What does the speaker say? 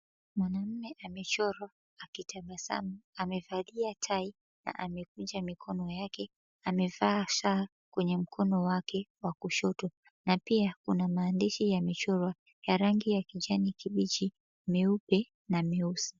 Mwanaume amechorwa akitabasamu. Amevalia tai na amekunja mikono yake. Amevaa saa kwenye mkono wake wa kushoto. Na pia kuna maandishi ya michoro ya rangi ya kijani kibichi, meupe na meusi.